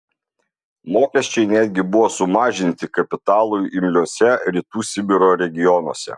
mokesčiai netgi buvo sumažinti kapitalui imliuose rytų sibiro regionuose